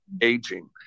aging